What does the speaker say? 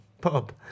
pub